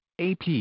AP